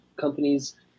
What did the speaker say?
companies